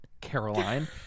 Caroline